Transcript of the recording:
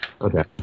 Okay